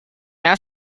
has